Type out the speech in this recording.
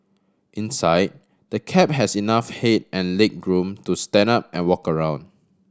inside the cab has enough head and legroom to stand up and walk around